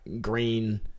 green